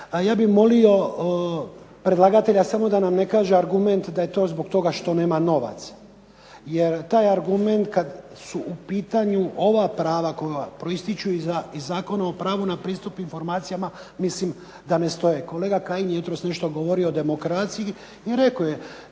Ja bih molio predlagatelja samo da nam ne kaže argument zbog toga što nema novaca, jer kada su u pitanju ova prava koja proističu iz Zakona o pravu na pristup informacijama mislim da ne stoji. Kolega Kajin je nešto danas govorio demokraciji i rekao